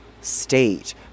state